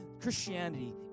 Christianity